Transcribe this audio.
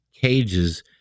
cages